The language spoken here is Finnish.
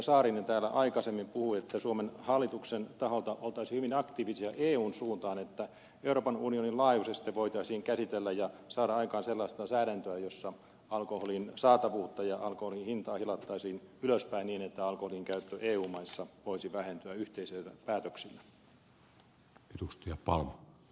saarinen täällä aikaisemmin puhui että suomen hallituksen taholta oltaisiin hyvin aktiivisia eun suuntaan että euroopan unionin laajuisesti voitaisiin käsitellä ja saada aikaan sellaista säädäntöä jossa alkoholin saatavuutta ja alkoholin hintaa hilattaisiin ylöspäin niin että alkoholinkäyttö eu maissa voisi vähentyä yhteisillä päätöksillä